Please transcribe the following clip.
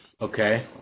Okay